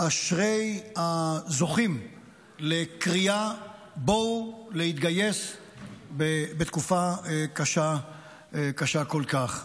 אשרי הזוכים לקריאה "בואו להתגייס בתקופה קשה כל כך".